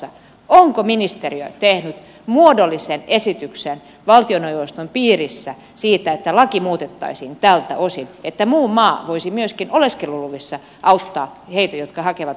onko ministeriö tehnyt muodollisen esityksen valtioneuvoston piirissä siitä että lakia muutettaisiin tältä osin että muu maa voisi myöskin oleskeluluvissa auttaa heitä jotka hakevat oleskelulupaa suomeen